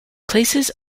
places